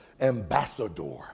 ambassador